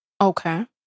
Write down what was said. Okay